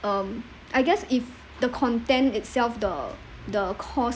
um I guess if the content itself the the course